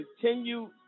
continue